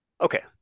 Okay